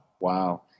Wow